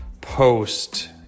post